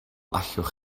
allwch